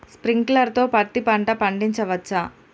Sprinkler తో పత్తి పంట పండించవచ్చా?